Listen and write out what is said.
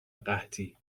قحطی